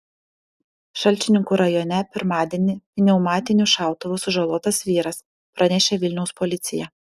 šalčininkų rajone pirmadienį pneumatiniu šautuvu sužalotas vyras pranešė vilniaus policija